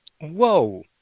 Whoa